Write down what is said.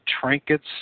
trinkets